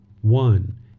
One